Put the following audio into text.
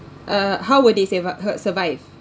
uh how would they save up !huh! survive